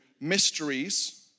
mysteries